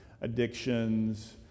addictions